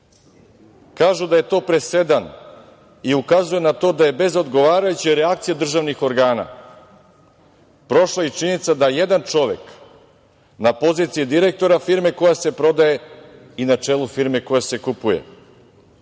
Kažu da je to presedan i ukazuju na to da je bez odgovarajuće reakcije državnih organa. Prošla je i činjenica da jedan čovek na poziciji direktora firme koja se prodaje i na čelu firme koja se kupuje. Obzirom